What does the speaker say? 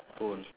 phone